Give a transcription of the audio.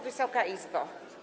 Wysoka Izbo!